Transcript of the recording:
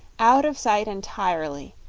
out of sight entirely,